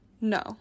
No